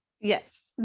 yes